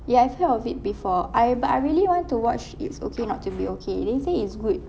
ya I've heard of it before I but I really want to watch it's okay not to be okay they say it's good